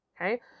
okay